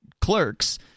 clerks